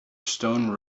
stone